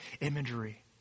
imagery